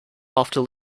after